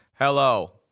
hello